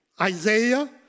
Isaiah